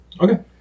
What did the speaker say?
Okay